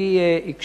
למען האמת.